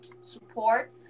support